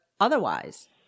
otherwise